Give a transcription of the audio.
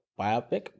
Biopic